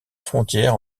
frontière